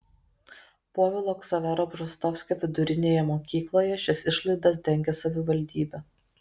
povilo ksavero bžostovskio vidurinėje mokykloje šias išlaidas dengia savivaldybė